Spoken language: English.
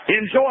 Enjoy